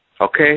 Okay